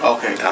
Okay